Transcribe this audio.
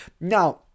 Now